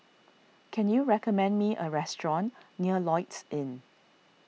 can you recommend me a restaurant near Lloyds Inn